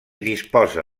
disposa